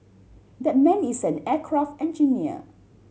that man is an aircraft engineer